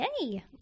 Yay